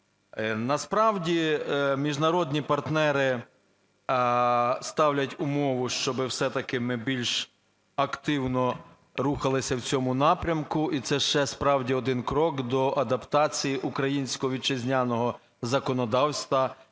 Насправді, міжнародні партнери ставлять умову, щоби все-таки ми більш активно рухалися в цьому напрямку і це ще справді один крок до адаптації українського вітчизняного законодавства